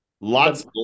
Lots